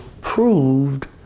proved